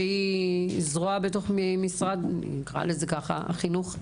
שהיא זרוע בתוך משרד החינוך?